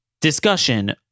discussion